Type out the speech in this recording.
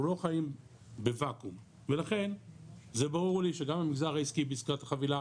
אנחנו לא חיים בואקום ולכן זה ברור לי שגם המגזר העסקי בעסקת החבילה